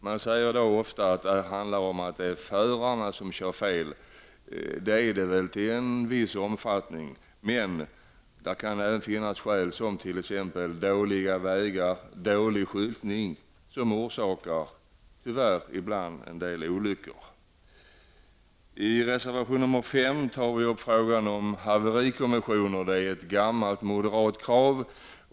Man säger ofta att det handlar om att förarna kör fel. Det är väl i viss mån så, men det kan även finnas skäl som dåliga vägar och dålig skyltning som ibland tyvärr orsakar en del olyckor. I reservation nr 5 tar vi upp frågan om haverikommissioner. Det är ett gammalt moderat krav.